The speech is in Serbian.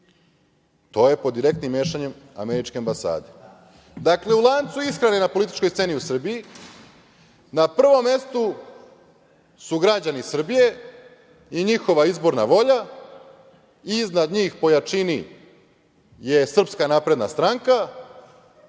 To je po direktnim mešanjem američke ambasade.U lancu ishrane na političkoj sceni u Srbiji, na prvom mestu su građani Srbije i njihova izborna volja, i iznad njih po jačini je Srpska napredna stranka,